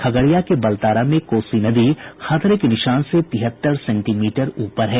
खगड़िया के बलतारा में कोसी नदी खतरे के निशान से तिहत्तर सेंटीमीटर ऊपर है